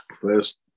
First